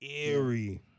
eerie